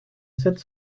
sept